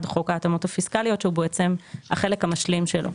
חוק ההתאמות הפיסקליות שהוא החלק המשלים שלו,